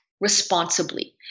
responsibly